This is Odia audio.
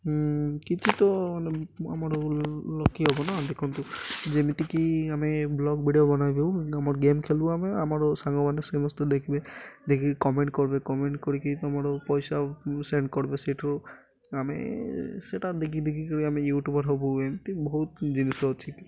କିଛି ତ ମାନେ ଆମର ଲକି ହେବ ନା ଦେଖନ୍ତୁ ଯେମିତିକି ଆମେ ବ୍ଲଗ୍ ଭିଡ଼ିଓ ବନାଇବୁ ଆମର ଗେମ୍ ଖେଳୁ ଆମେ ଆମର ସାଙ୍ଗମାନେ ସମସ୍ତେ ଦେଖିବେ ଦେଖିକି କମେଣ୍ଟ କରିବେ କମେଣ୍ଟ କରିକି ତମର ପଇସା ସେଣ୍ଡ କରିବେ ସେଇଠାରୁ ଆମେ ସେଟା ଦେଖି ଦେଖିକି ଆମେ ୟୁଟ୍ୟୁବର୍ ହେବୁ ଏମିତି ବହୁତ ଜିନିଷ ଅଛି କି